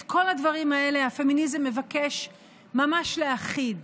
את כל הדברים האלה הפמיניזם מבקש ממש להכחיד